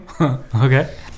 Okay